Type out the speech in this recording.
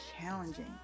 challenging